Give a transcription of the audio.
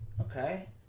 Okay